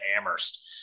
Amherst